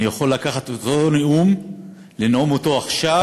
אני יכול לקחת את אותו נאום ולנאום אותו עכשיו,